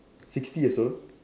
sixty years old